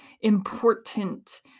important